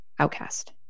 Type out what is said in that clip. Outcast